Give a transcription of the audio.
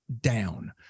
down